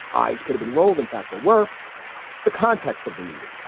eyes could've been rolled. in fact, they were. it's the context of the meeting,